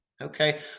okay